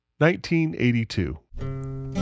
1982